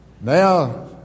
Now